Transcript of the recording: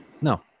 No